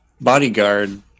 bodyguard